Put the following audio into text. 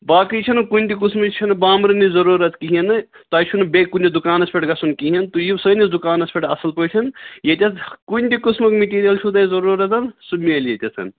باقٕےنہٕ کُنہِ قٕسمٕچ چھِنہٕ بابرٕنٕچ ضُروٗرت کِہیٖنۍ نہٕ تۄہہِ چھُنہٕ بیٚیہِ کُنہِ دُکانَس پٮ۪ٹھ گژھُن کِہیٖنۍ تُہۍ سٲنِس کانَس پٮ۪ٹھ اصٕل پٲٹھۍ ییٚتٮ۪تھ کُنہِ تہِ قٕسمُک مِٹیٖریل چھُو تۄہہِ ضروٗرتَن سُہ مٮ۪لہِ ییٚتٮ۪تھن